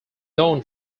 known